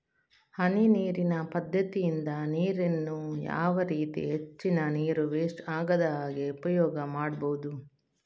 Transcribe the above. ಹನಿ ನೀರಿನ ಪದ್ಧತಿಯಿಂದ ನೀರಿನ್ನು ಯಾವ ರೀತಿ ಹೆಚ್ಚಿನ ನೀರು ವೆಸ್ಟ್ ಆಗದಾಗೆ ಉಪಯೋಗ ಮಾಡ್ಬಹುದು?